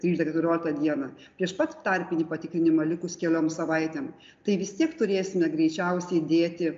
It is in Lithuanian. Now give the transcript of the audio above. tryliktą keturioliktą dieną prieš pat tarpinį patikrinimą likus kelioms savaitėm tai vis tiek turėsime greičiausiai dėti